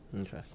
Okay